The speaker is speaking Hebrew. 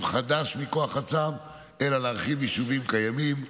חדש מכוח הצו אלא להרחיב יישובים קיימים,